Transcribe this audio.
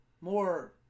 more